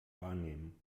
wahrnehmen